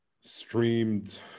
streamed